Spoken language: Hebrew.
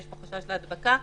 יש כאן חשש להדבקה.